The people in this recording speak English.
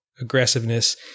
aggressiveness